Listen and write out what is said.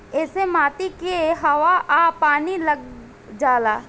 ऐसे माटी के हवा आ पानी लाग जाला